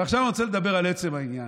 אבל עכשיו אני רוצה לדבר על עצם העניין.